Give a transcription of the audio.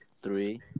Three